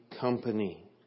company